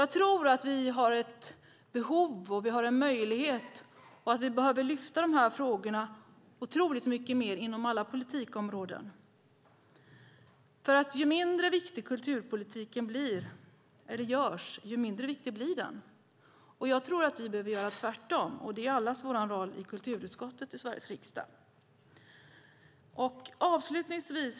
Jag tror att vi har en möjlighet att, och också behöver, lyfta fram de här frågorna otroligt mycket mer inom alla politikområden. Ju mindre viktig kulturpolitiken görs, desto mindre viktig blir den. Jag tror att vi behöver göra tvärtom. Det är allas roll i kulturutskottet i Sveriges riksdag.